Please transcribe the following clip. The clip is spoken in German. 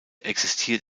existiert